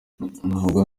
ntabwo